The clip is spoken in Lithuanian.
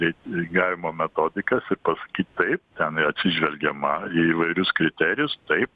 reitingavimo metodikas ir pasakyt taip ten atsižvelgiama į įvairius kriterijus taip